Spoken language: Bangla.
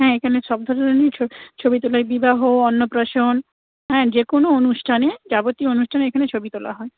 হ্যাঁ এখানে সব ধরনেরই ছবি তোলা বিবাহ অন্নপ্রাশন হ্যাঁ যে কোনো অনুষ্ঠানে যাবতীয় অনুষ্ঠানে এখানে ছবি তোলা হয়